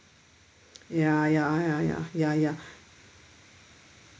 ya ya ya ya ya ya ya